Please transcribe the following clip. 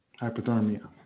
Hypothermia